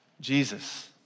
Jesus